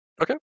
Okay